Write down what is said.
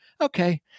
Okay